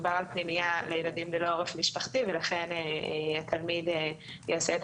מדובר על פנימייה לילדים ללא עורף משפחתי ולכן התלמיד יעשה את